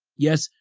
yes,